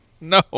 No